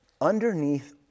Underneath